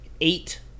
Eight